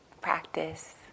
practice